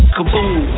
Kaboom